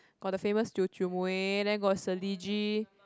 got the famous Teochew mui then got Selegie